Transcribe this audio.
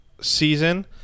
season